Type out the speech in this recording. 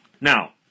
Now